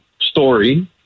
story